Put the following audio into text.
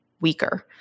weaker